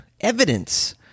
evidence